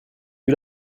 vue